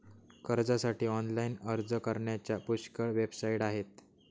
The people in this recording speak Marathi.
कर्जासाठी ऑनलाइन अर्ज करण्याच्या पुष्कळ वेबसाइट आहेत